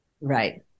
Right